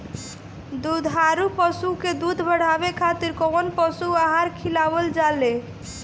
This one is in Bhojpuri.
दुग्धारू पशु के दुध बढ़ावे खातिर कौन पशु आहार खिलावल जाले?